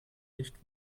nicht